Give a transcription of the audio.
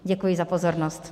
Děkuji za pozornost.